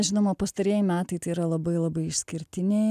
žinoma pastarieji metai tai yra labai labai išskirtiniai